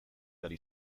behar